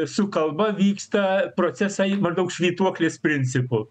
su kalba vyksta procesai maždaug švytuoklės principu